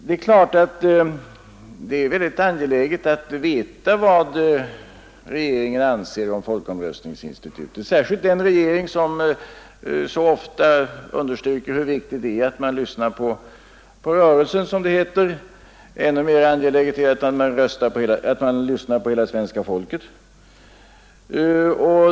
Det är klart att det är angeläget att få veta vad regeringen anser om folkomröstningsinstitutet, särskilt en regering som så ofta understryker hur viktigt det är att man lyssnar på rörelsen, som det heter. Ännu mera angeläget är det att man lyssnar på hela svenska folket.